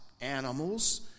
animals